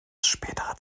späterer